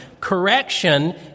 correction